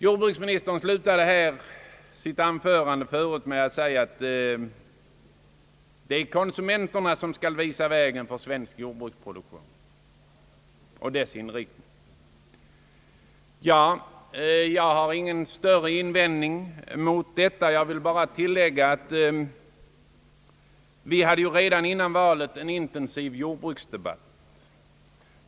Jordbruksministern slutade sitt anförande med att framhålla att det är konsumenterna som skall visa vägen för svensk jordbruksproduktion och dess inriktning. Jag har inget att invända mot detta uttalande, men vill tillägga att vi redan före det senaste valet hade en intensiv jordbruksdebatt.